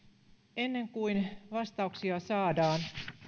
ennen kuin vastauksia saadaan